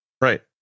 Right